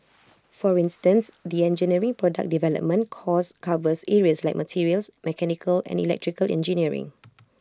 for instance the engineering product development course covers areas like materials mechanical and electrical engineering